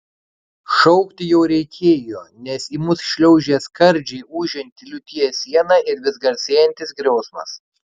šaukti jau reikėjo nes į mus šliaužė skardžiai ūžianti liūties siena ir vis garsėjantis griausmas